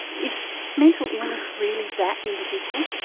is mental illness really that individual?